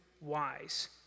wise